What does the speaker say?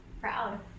Proud